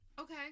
Okay